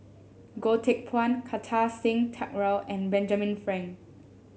Goh Teck Phuan Kartar Singh Thakral and Benjamin Frank